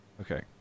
Okay